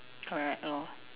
correct lor